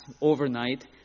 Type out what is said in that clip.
overnight